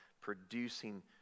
producing